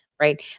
right